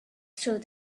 through